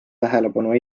tähelepanu